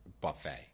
buffet